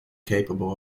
capable